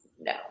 No